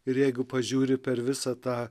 ir jeigu pažiūri per visą tą